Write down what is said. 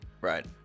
Right